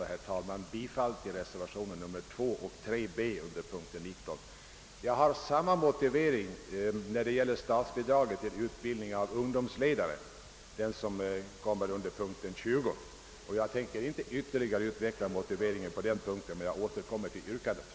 Jag yrkar sålunda bifall till reservationerna D2 och D3b vid punkten 19. Jag har samma motivering när det gäller statsbidraget till utbildning av politiska ungdomsledare under punkten 20. Jag ämnar inte ytterligare utveckla motiveringen på den punkten, men jag återkommer till yrkandet.